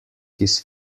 his